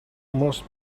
most